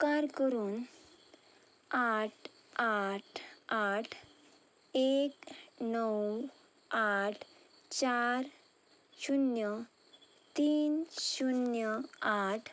उपकार करून आठ आठ आठ एक णव आठ चार शुन्य तीन शुन्य आठ